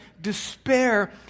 despair